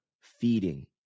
feeding